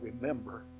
remember